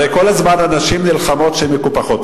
הרי כל הזמן הנשים נלחמות שהן מקופחות.